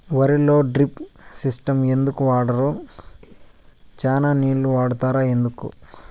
వరిలో drip system ఎందుకు వాడరు? చానా నీళ్లు వాడుతారు ఎందుకు?